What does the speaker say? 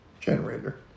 generator